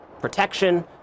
protection